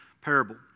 parable